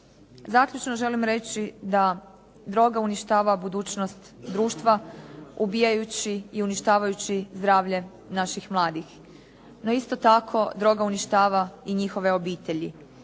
Zaključno želim reći da droga uništava budućnost društva ubijajući i uništavajući zdravlje naših mladih. No, isto tako droga uništava i njihove obitelji,